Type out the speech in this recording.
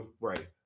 Right